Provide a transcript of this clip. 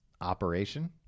Operation